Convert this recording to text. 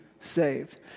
saved